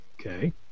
Okay